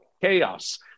Chaos